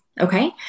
Okay